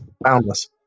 Boundless